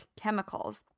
chemicals